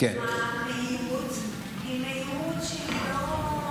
המהירות היא מהירות שהיא לא,